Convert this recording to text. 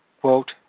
quote